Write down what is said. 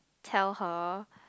tell her